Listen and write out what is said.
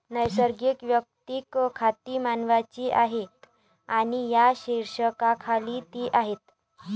नैसर्गिक वैयक्तिक खाती मानवांची आहेत आणि या शीर्षकाखाली ती आहेत